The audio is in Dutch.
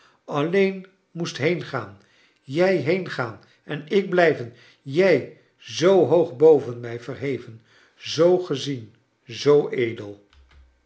alleen moest heengaan jij heengaan en ik blijven jij zoo hoog boven mij verheven zoo gezien zoo edel